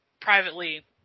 privately